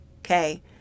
okay